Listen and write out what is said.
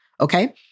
Okay